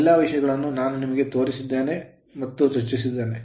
ಈ ಎಲ್ಲಾ ವಿಷಯಗಳನ್ನು ನಾನು ನಿಮಗೆ ತೋರಿಸಿದ್ದೇನೆ ಮತ್ತು ಚರ್ಚಿಸಿದ್ದೇನೆ